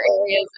areas